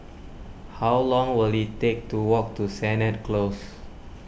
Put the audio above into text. how long will it take to walk to Sennett Close